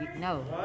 No